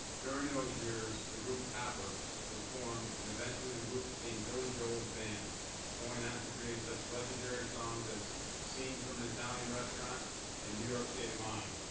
during those years, the group topper was formed and eventually the group became billy joel's band going on to create such legendary songs as scenes from an italian restaurant and new york state of mind.